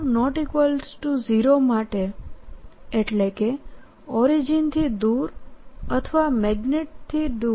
હવેr≠0માટે એટલે કે ઓરિજીનથી દૂર અથવા મેગ્નેટથી દૂર